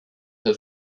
her